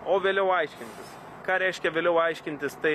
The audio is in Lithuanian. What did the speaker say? o vėliau aiškintis ką reiškia vėliau aiškintis tai